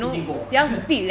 一点过